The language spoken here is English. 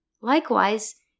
Likewise